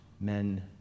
men